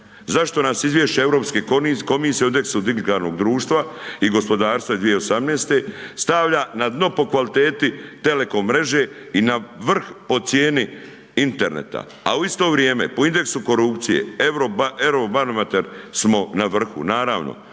Zašto nas izvješća Europske komisije o indeksu digitalnog društva i gospodarstva iz 2018. stavlja na dno po kvaliteti telekom mreže i na vrh po cijeni interneta, a u isto vrijeme po indeksu korupcije, Eurobarometar, smo na vrhu, naravno,